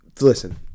listen